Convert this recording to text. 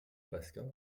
pesca